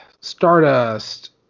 Stardust